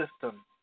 system